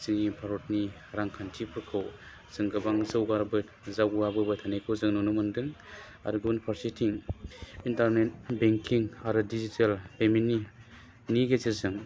जोंनि भारतनि रांखान्थिफोरखौ जों गोबां जौगाबो जौगाबोबाय थानायखौ जों नुनो मोनदों आरो गुबुन फारसेथिं बिरोंदामिन बेंकिं आरो दिजिटेल पेमेन्टनि गेजेरजों